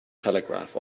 telegraph